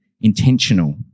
intentional